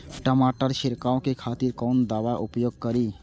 टमाटर छीरकाउ के खातिर कोन दवाई के उपयोग करी?